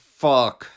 fuck